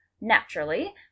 Naturally